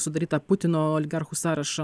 sudarytą putino oligarchų sąrašą